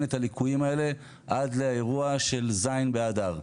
את הליקויים האלה עד לאירוע של ז' באדר.